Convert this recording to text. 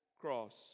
cross